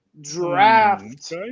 draft